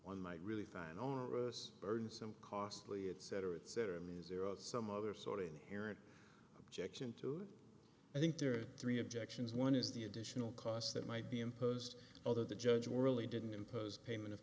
one might really find orus burdensome costly it cetera et cetera me zero out some other sort of inherent objection to i think there are three objections one is the additional costs that might be imposed although the judge morally didn't impose payment of